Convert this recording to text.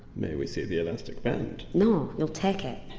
may we see the elastic band? no, you'll take it.